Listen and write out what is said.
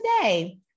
today